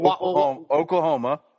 Oklahoma